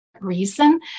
reason